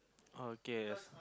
okay yes